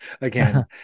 again